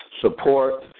support